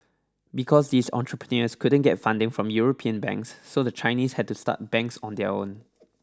because these entrepreneurs couldn't get funding from European banks so the Chinese had to start banks on their own